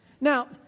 Now